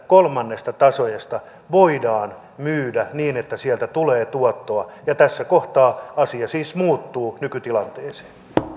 kolmannesta taseesta voidaan myydä niin että sieltä tulee tuottoa ja tässä kohtaa asia siis muuttuu nykytilanteesta